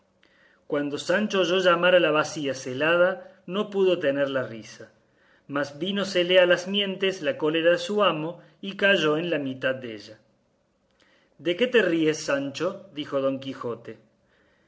cuando sancho oyó llamar a la bacía celada no pudo tener la risa mas vínosele a las mientes la cólera de su amo y calló en la mitad della de qué te ríes sancho dijo don quijote